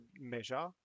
measure